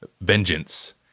vengeance